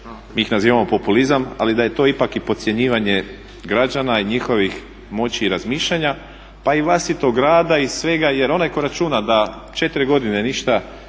mi ih nazivamo populizam ali da je to ipak i podcjenjivanje građana i njihovih moći i razmišljanja pa i vlastitog rada i svega jer onaj tko računa da 4 godine ništa